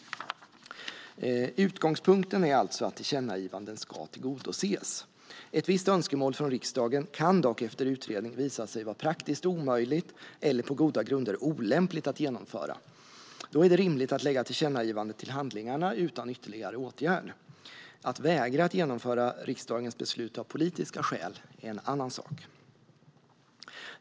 Utgångspunkten är alltså att tillkännagivanden ska tillgodoses. Ett visst önskemål från riksdagen kan dock efter utredning visa sig vara praktiskt omöjligt eller på goda grunder olämpligt att genomföra. Då är det rimligt att lägga tillkännagivandet till handlingarna utan ytterligare åtgärd. Att vägra att genomföra riksdagens beslut av politiska skäl är en annan sak.